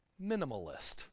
minimalist